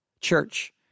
church